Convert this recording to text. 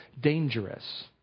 dangerous